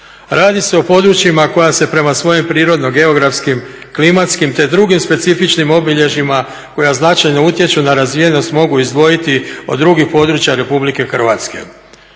Radi se o područjima koja se prema svojim prirodno-geografskim, klimatskim te drugim specifičnim obilježjima koja značajno utječu na razvijenost mogu izdvojiti od drugih područja Republike Hrvatske.